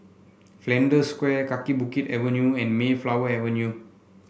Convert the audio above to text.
Flanders Square Kaki Bukit Avenue and Mayflower Avenue